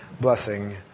blessing